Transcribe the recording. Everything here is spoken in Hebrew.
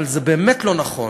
אבל זה באמת לא נכון,